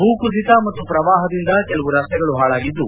ಭೂ ಕುಸಿತ ಮತ್ತು ಶ್ರವಾಹದಿಂದ ಹಲವು ರಸ್ತೆಗಳು ಹಾಳಾಗಿದ್ದು